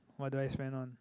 what do I spend on